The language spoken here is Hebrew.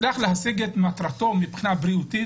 הצליח להשיג את מטרתו מבחינה בריאותית?